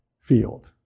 field